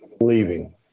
leaving